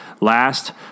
Last